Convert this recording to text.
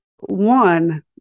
one